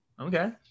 Okay